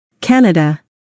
Canada